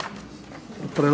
Hvala.